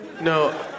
No